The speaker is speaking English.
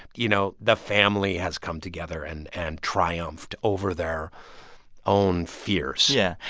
you know, the family has come together and and triumphed over their own fears yeah.